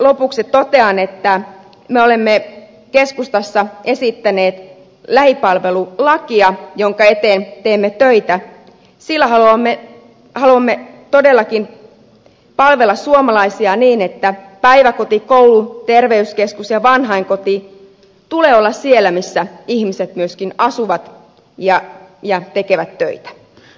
lopuksi totean että me olemme keskustassa esittäneet lähipalvelulakia jonka eteen teemme töitä sillä haluamme todellakin palvella suomalaisia niin että päiväkodin koulun terveyskeskuksen ja vanhainkodin tulee olla siellä missä ihmiset myöskin asuvat ja tekevät töitä